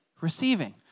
receiving